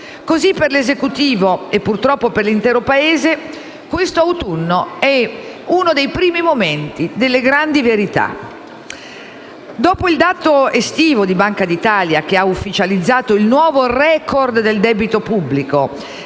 Così, per l'Esecutivo, e purtroppo per l'intero Paese, questo autunno è uno dei primi momenti delle grandi verità. Dopo il dato estivo di Banca d'Italia, che ha ufficializzato il nuovo *record* del debito pubblico,